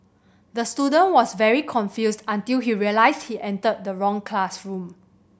the student was very confused until he realised he entered the wrong classroom